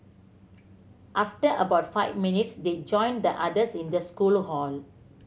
after about five minutes they joined the others in the school hall